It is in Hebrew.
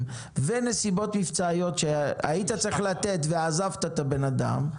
ונסיבות מבצעיות שהיית צריך לתת ועזבת את הבן אדם,